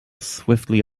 swiftly